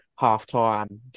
halftime